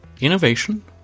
Innovation